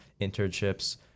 internships